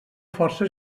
força